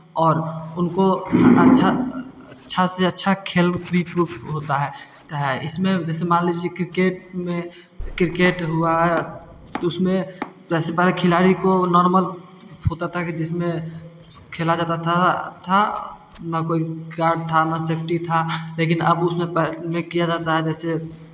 और उनको अच्छा से अच्छा खेल भी प्रूफ होता है इसमें जैसे मान लीजिए क्रिकेट में क्रिकेट हुआ उसमें वैसे पहले खिलाड़ी को नॉर्मल होता था जिसमें खेला जाता था था ना कोई कार्ड था ना सेफ्टी था लेकिन अब उसमें मैं किया जाता है जैसे